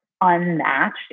unmatched